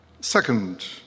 second